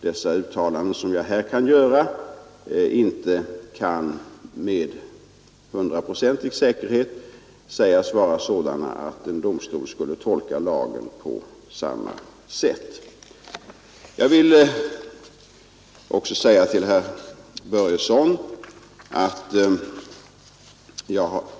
Det kan därför inte med hundraprocentig säkerhet sägas att en domstol skulle tolka lagen på samma sätt som jag har gjort i mina uttalanden här.